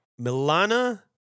Milana